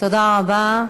תודה רבה.